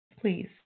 Please